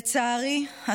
לצערי,